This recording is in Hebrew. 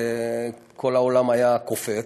כל העולם היה קופץ.